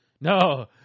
No